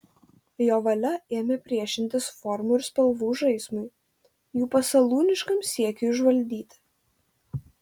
jo valia ėmė priešintis formų ir spalvų žaismui jų pasalūniškam siekiui užvaldyti